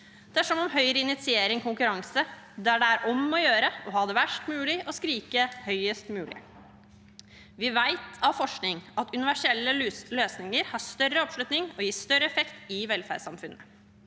Det er som om Høyre initierer en konkurranse der det er om å gjøre å ha det verst mulig og skrike høyest mulig. Vi vet av forskning at universelle løsninger har større oppslutning og gir større effekt i velferdssamfunnet